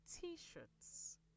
t-shirts